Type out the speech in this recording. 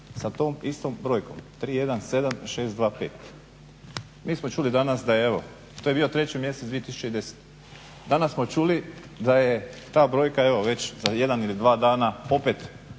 sa tom istom brojkom 317625. Mi smo čuli danas, da je evo, to je bio 3 mjesec 2010., danas smo čuli da je ta brojka evo već za 1 ili 2 dana opet